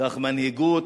קח מנהיגות,